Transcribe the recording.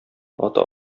ата